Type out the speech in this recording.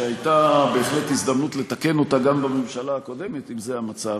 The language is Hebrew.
שהייתה הזדמנות לתקן אותה גם בממשלה הקודמת אם זה המצב,